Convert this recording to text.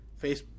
Facebook